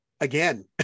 again